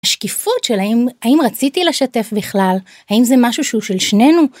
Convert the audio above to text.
השקיפות של האם רציתי לשתף בכלל, האם זה משהו שהוא של שנינו.